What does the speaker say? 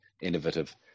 innovative